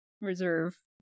reserve